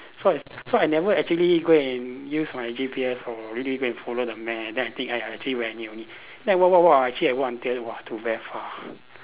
so I so I never actually go and use my G_P_S or really go and follow the map then I think I I think very near only then I walk walk walk actually I walk until !wah! to very far